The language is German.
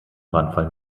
brandfall